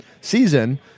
season